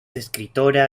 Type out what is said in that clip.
escritora